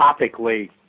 topically